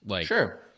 Sure